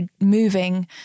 moving